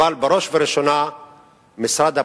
אבל בראש ובראשונה משרד הפנים,